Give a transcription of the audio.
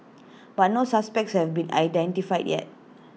but no suspects have been identified yet